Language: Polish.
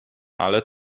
ale